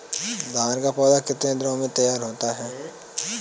धान का पौधा कितने दिनों में तैयार होता है?